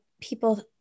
people